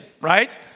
right